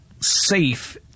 safe